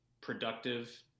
productive